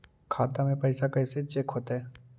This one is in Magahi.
खाता में पैसा कैसे चेक हो तै?